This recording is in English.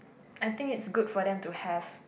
I think it's good for them to have